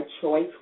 choice